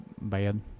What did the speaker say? bad